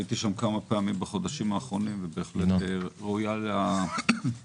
הייתי שם כמה פעמים בחודשים האחרונים ובהחלט היא ראויה לסיוע.